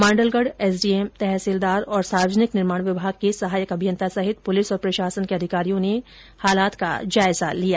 Mandalgarh SDM तहसीलदार और सार्वजनिक निर्माण विभाग के सहायक अभियन्ता सहित पुलिस और प्रशासन के अधिकारियों ने बांध का जायजा लिया